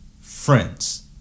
friends